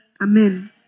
Amen